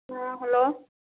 ꯑꯥ hello